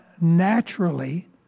naturally